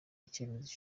icyemezo